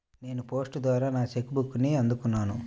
నేను పోస్ట్ ద్వారా నా చెక్ బుక్ని అందుకున్నాను